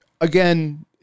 again